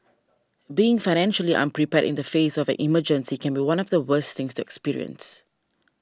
being financially unprepared in the face of an emergency can be one of the worst things to experience